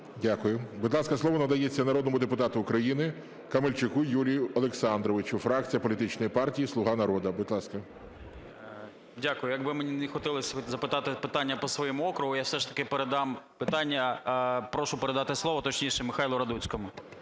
Дякую. Будь ласка, слово надається народному депутату України Камельчуку Юрію Олександровичу, фракція політичної партії "Слуга народу". Будь ласка. 10:58:51 КАМЕЛЬЧУК Ю.О. Дякую. Як би мені не хотілося запитати питання по своєму округу, я все ж таки передам питання, прошу передати слово, точніше, Михайлу Радуцькому.